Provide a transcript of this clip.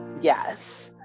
yes